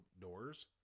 doors